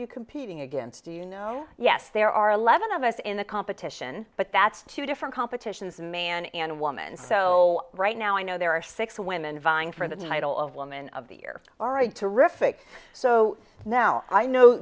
you competing against you know yes there are eleven of us in the competition but that's two different competitions man and woman so right now i know there are six women vying for the nytol of woman of the year all right terrific so now i know